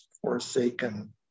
forsaken